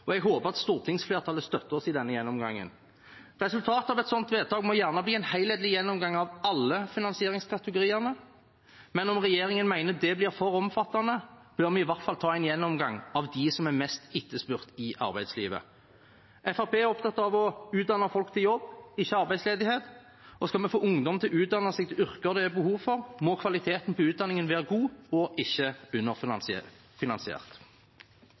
Jeg håper at stortingsflertallet støtter oss i denne gjennomgangen. Resultatet av et slikt vedtak må gjerne bli en helhetlig gjennomgang av alle finansieringskategoriene, men om regjeringen mener det blir for omfattende, bør vi i hvert fall ta en gjennomgang av dem som er mest etterspurt i arbeidslivet. Fremskrittspartiet er opptatt av å utdanne folk til jobb, ikke arbeidsledighet, og skal vi få ungdom til å utdanne seg til yrker det er behov for, må kvaliteten på utdanningen være god og ikke